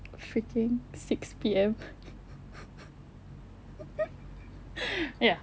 freaking six P_M ya